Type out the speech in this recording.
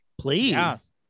Please